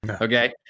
okay